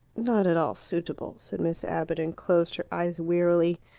not at all suitable, said miss abbott, and closed her eyes wearily.